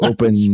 Open